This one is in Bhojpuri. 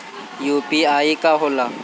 यू.पी.आई का होला?